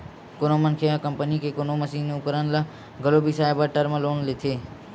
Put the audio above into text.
कोनो मनखे ह कंपनी के कोनो मसीनी उपकरन ल घलो बिसाए बर टर्म लोन लेथे